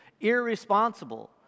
irresponsible